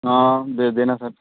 हाँ दे देना सब